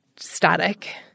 Static